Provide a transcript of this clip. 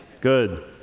Good